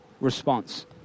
response